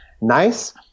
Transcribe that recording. nice